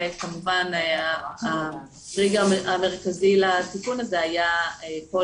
וכמובן הטריגר המרכזי לתיקון הזה היה כל